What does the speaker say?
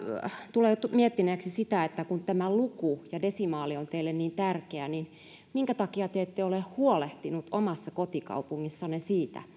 tulee miettineeksi sitä että kun tämä luku ja desimaali on teille niin tärkeä niin minkä takia te ette ole huolehtinut omassa kotikaupungissanne siitä